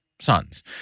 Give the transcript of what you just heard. sons